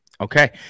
Okay